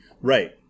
Right